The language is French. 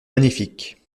magnifique